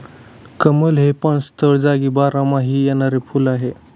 कमळ हे पाणथळ जागी बारमाही येणारे फुल आहे